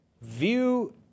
view